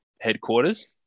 headquarters